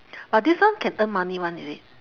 but this one can earn money [one] is it